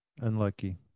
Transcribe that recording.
unlucky